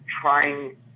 trying